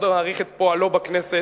מאוד מעריך את פועלו בכנסת,